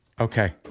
Okay